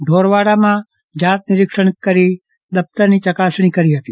ઢોરવાડનું જાત નિરીક્ષણ કરી દફતરની ચકાસણીની કરી હતી